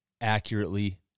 accurately